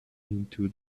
into